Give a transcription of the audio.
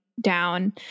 down